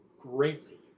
Greatly